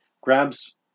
grabs